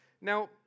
Now